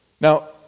Now